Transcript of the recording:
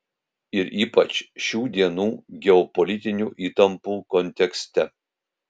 ir ypač šių dienų geopolitinių įtampų kontekste